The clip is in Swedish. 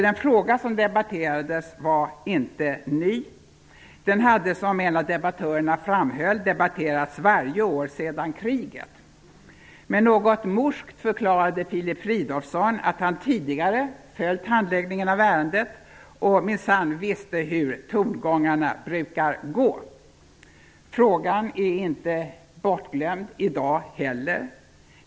Den fråga som debatterades var inte ny, den hade som en av debattörerna framhöll debatterats varje år sedan kriget. Något morskt förklarade Filip Fridolfsson att han tidigare följt handläggningen av ärendet och minsann visste hur tongångarna brukar gå. Frågan är inte bortglömd i dag heller.